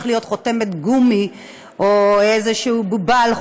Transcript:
להיות אולי חותמת גומי או איזושהי בובה על חוטים,